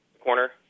Corner